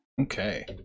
Okay